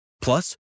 Plus